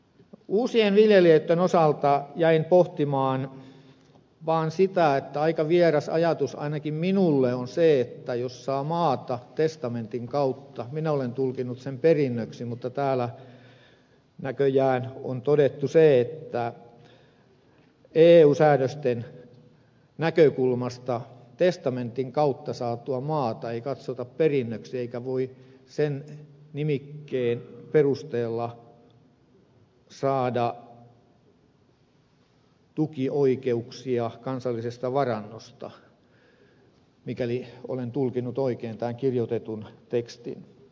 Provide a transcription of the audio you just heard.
uusien viljelijöitten osalta jäin pohtimaan vaan sitä että aika vieras ajatus ainakin minulle on se että jos saa maata testamentin kautta minkä minä olen tulkinnut perinnöksi niin täällä näköjään on todettu se että eu säädösten näkökulmasta testamentin kautta saatua maata ei katsota perinnöksi eikä voi sen nimikkeen perusteella saada tukioikeuksia kansallisesta varannosta mikäli olen tulkinnut oikein tämän kirjoitetun tekstin